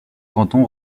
canton